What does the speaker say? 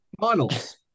finals